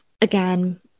again